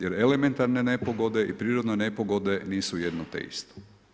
Jer elementarne nepogode i prirodne nepogode nisu jedno te isto.